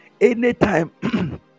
Anytime